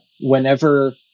Whenever